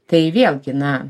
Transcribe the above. tai vėlgi na